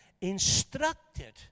instructed